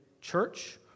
church